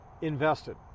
invested